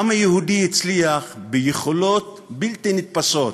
העם היהודי הצליח, ביכולות בלתי נתפסות,